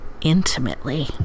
intimately